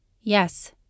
Yes